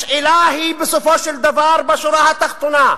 השאלה היא, בסופו של דבר, בשורה התחתונה,